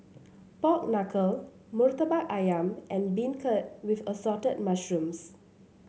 Pork Knuckle murtabak ayam and beancurd with Assorted Mushrooms